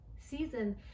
season